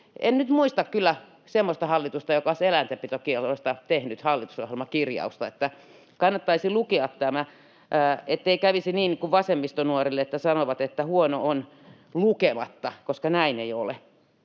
En nyt muista kyllä semmoista hallitusta, joka olisi eläintenpitokiellosta tehnyt hallitusohjelmakirjausta, niin että kannattaisi lukea tämä, ettei kävisi niin kuin Vasemmistonuorille, että sanovat, että huono on, lukematta, koska näin ei ole.